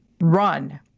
run